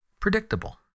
predictable